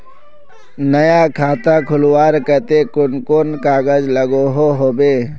नया खाता खोलवार केते कुन कुन कागज लागोहो होबे?